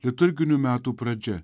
liturginių metų pradžia